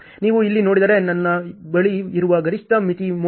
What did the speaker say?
ನೀವು ಇಲ್ಲಿ ನೋಡಿದರೆ ನನ್ನ ಬಳಿ ಇರುವ ಗರಿಷ್ಠ ಮಿತಿ 35